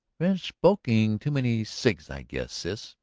been smoking too many cigs, i guess, sis,